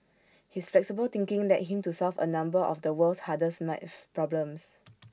his flexible thinking led him to solve A number of the world's hardest maths problems